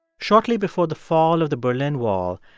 shortly before the fall of the berlin wall,